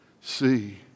see